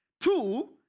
Two